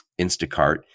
Instacart